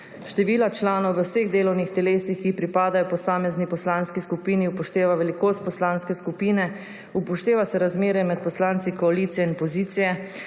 števila članov v vseh delovnih telesih, ki pripadajo posamezni poslanski skupini, upošteva velikost poslanske skupine, upošteva se razmerje med poslanci koalicije in pozicije